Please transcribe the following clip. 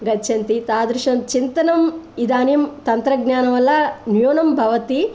गच्छन्ति तादृशं चिन्तनम् इदानीं तन्त्रज्ञानवल न्यूनं भवति